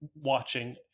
watching